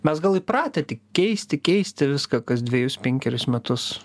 mes gal įpratę tik keisti keisti viską kas dvejus penkerius metus